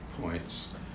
points